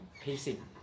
pacing